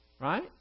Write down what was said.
right